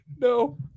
No